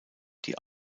die